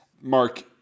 Mark